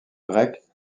grecs